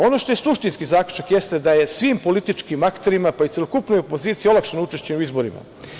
Ono što je suštinski zaključak to je da svim političkim akterima, pa i celokupnoj opoziciji, olakšano učešće u izborima.